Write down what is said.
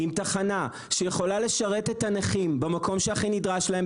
תחנה שיכולה לשרת את הנכים במקום שהכי נדרש להם,